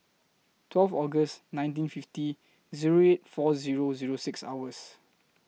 twelve August nineteen fifty Zero eight four Zero Zero six